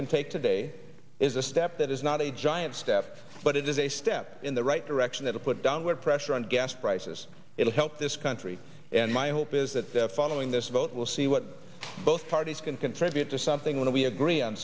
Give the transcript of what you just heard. can take today is a step that is not a giant step but it is a step in the right direction that will put downward pressure on gas prices it will help this country and my hope is that the following this vote will see what both parties can contribute to something we agree on